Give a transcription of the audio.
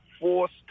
forced